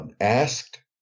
asked